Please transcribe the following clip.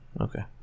Okay